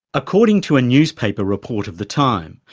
according to a newspaper report of the time,